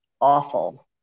awful